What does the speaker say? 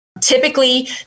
Typically